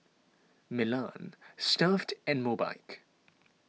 Milan Stuff'd and Mobike